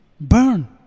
burn